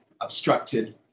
obstructed